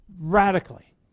radically